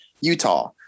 Utah